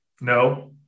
no